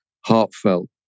heartfelt